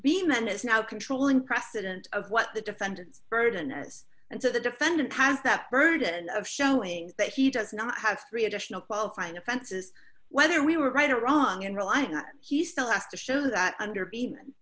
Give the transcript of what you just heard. being then is now controlling precedent of what the defendant burden us and to the defendant has that burden of showing that he does not have three additional qualifying offenses whether we were right or wrong and realizing that he still has to show that under